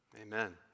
Amen